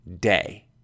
day